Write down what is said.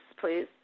please